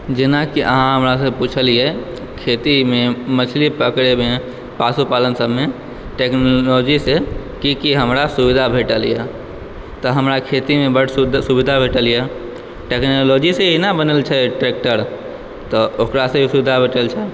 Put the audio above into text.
जेनाकि अहाँ हमरा सॅं पूछलियै खेती मे मछली पकड़एमे पशुपालन सबमे टेक्नॉलजी से की की हमरा सुविधा भेटल यऽ तऽ हमरा खेती मे बड सुविधा भेटल यऽ टेक्नॉलजी से ही ने बनल छै ट्रैक्टर तऽ ओकरा सॅं ई सुविधा भेटल छै